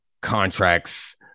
contracts